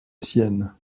sienne